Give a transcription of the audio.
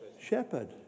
shepherd